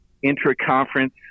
intra-conference